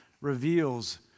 reveals